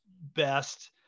best